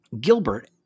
Gilbert